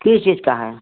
किस चीज का है